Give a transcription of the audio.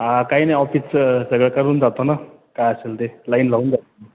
हां काही नाही ऑफिसच सगळं करून जातो ना काय असेल ते लाईन लावून जातो